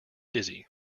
dizzy